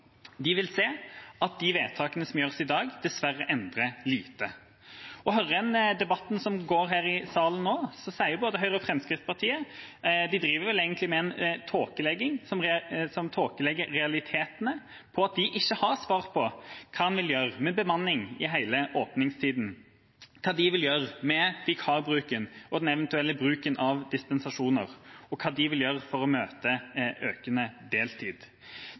De vil se at de vedtakene som gjøres i dag, dessverre endrer lite. Hører en debatten som går her i salen nå, driver vel både Høyre og Fremskrittspartiet egentlig med en tåkelegging – de tåkelegger realitetene: at de ikke har svart på hva en vil gjøre med bemanning i hele åpningstida, hva de vil gjøre med vikarbruken og den eventuelle bruken av dispensasjoner, og hva de vil gjøre for å møte økende deltid.